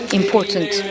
important